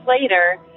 later